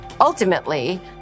Ultimately